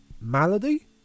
malady